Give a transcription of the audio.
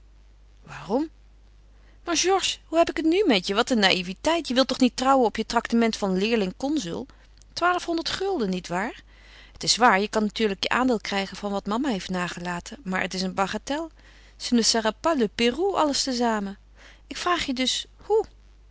waarom maar georges hoe heb ik het nu met je wat een naïveteit je wil toch niet trouwen op je traktement van leerling consul twaalfhonderd gulden niet waar het is waar je kan natuurlijk je aandeel krijgen van wat mama heeft nagelaten maar het is een bagatel ce ne sera pas le pérou alles te zamen ik vraag je dus hoe